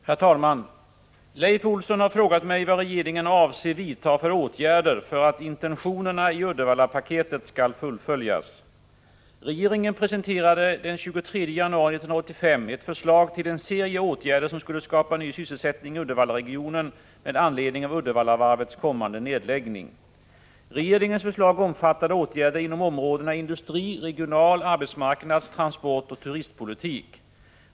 Herr talman! Leif Olsson har frågat mig vad regeringen avser vidta för åtgärder för att intentionerna i Uddevallapaketet skall fullföljas. Regeringen presenterade den 23 januari 1985 ett förslag till en serie åtgärder som skulle skapa ny sysselsättning i Uddevallaregionen med anledning av Uddevallavarvets kommande nedläggning. Regeringens förslag omfattade åtgärder inom områdena industri-, regional-, arbetsmarknads-, transportoch turistpolitik.